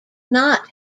not